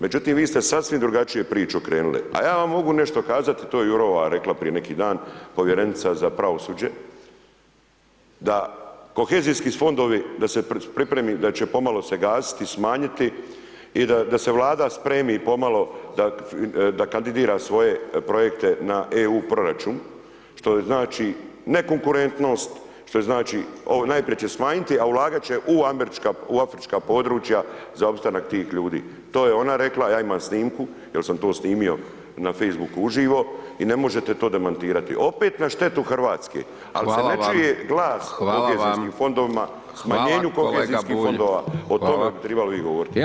Međutim, vi ste sasvim drugačije priču okrenuli, a ja vam mogu nešto kazati, to je Jurova rekla prije neki dan, povjerenica za pravosuđe, da kohezijski fondovi da se pripremi, da će pomalo se gasiti, smanjiti i da se Vlada spremi pomalo da kandidira svoje projekte na EU proračun, što znači ne konkurentnost, što znači najprije će smanjiti, a ulagat će u Američka, u Afrička područja za opstanak tih ljudi, to je ona rekla, ja imam snimku jel sam to snimio na facebooku uživo i ne možete to demantirati, opet na štetu RH…/Upadica: Hvala vam [[…al se ne čuje glas u…]] Upadica: Hvala vam/…kohezijskim fondovima [[Upadica: Hvala kolega Bulj]] smanjenju kohezijskih fondova, o tome bi trebali vi govorit.